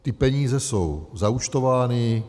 Ty peníze jsou zaúčtovány.